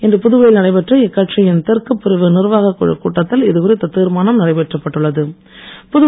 இன்று புதுவையில் நடைபெற்ற இக்கட்சியின் தெற்கு பிரிவு நிர்வாக குழு கூட்டத்தில் இதுகுறித்த தீர்மானம் நிறைவேற்றப்பட்டுள்ளது